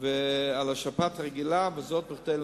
וזה ייקח כמה